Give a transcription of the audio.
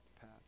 path